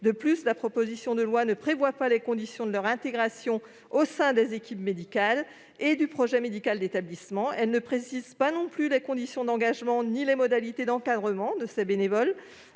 De plus, la proposition de loi ne prévoit pas les conditions de leur intégration au sein des équipes médicales et du projet médical d'établissement. Elle ne précise pas non plus les conditions d'engagements ni les modalités d'encadrement de ces bénévoles.